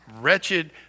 wretched